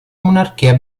monarchia